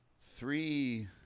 Three